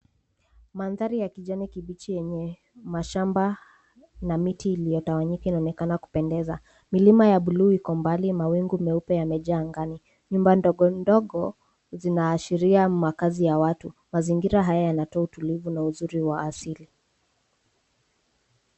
Mandhari ya kijani kibichi yenye mashamba na miti iliyotawanyika inaonekana kupendeza. Milima ya bluu iko mbali, mawingu meupe yamejaa angani. Nyumba ndogo ndogo zinaashiria makazi ya watu. Mazingira haya yanatoa utulivu na uzuri wa asili.